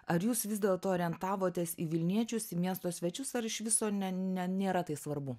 ar jūs vis dėlto orientavotės į vilniečius į miesto svečius ar iš viso ne ne nėra tai svarbu